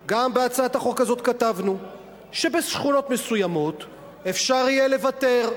גם בהצעת החוק הזאת כתבנו שבשכונות מסוימות אפשר יהיה לוותר,